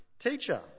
Teacher